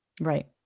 Right